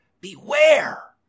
beware